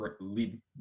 lead